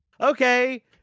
Okay